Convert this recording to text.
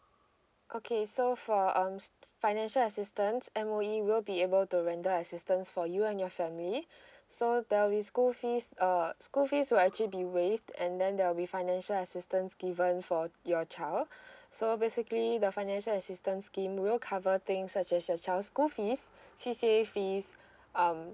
okay so for um financial assistance M_O_E will be able to render assistance for you and your family so there'll be school fees uh school fees will actually be waived and then there will be financial assistance given for your child so basically the financial assistance scheme will cover things such as your child's school fees C C A fees um